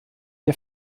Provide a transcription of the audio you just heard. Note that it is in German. der